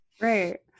Right